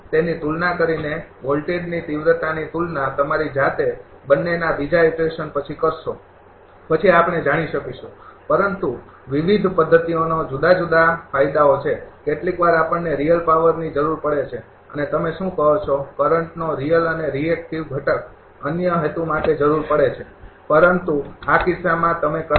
તેની તુલના કરીને વોલ્ટેજની તીવ્રતાની તુલના તમારી જાતે બંનેના બીજા ઈટરેશન પછી કરશો પછી આપણે જાણી શકીશું પરંતુ વિવિધ પદ્ધતિઓનો જુદા જુદા ફાયદાઓ છે કેટલીકવાર આપણને રિયલ પાવરની જરૂર પડે છે અને તમે શું કહો છો કરંટ નો રિયલ અને રિએક્ટિવ ઘટક અન્ય હેતુ માટે જરૂર પડે